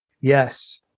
yes